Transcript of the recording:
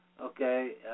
okay